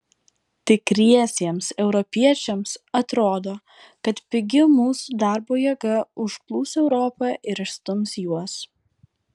tikriesiems europiečiams atrodo kad pigi mūsų darbo jėga užplūs europą ir išstums juos